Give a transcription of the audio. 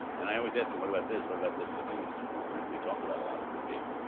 and i always ask them, what about this, what about this, the things we frankly talk about a lot every week.